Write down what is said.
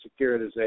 securitization